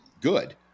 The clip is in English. good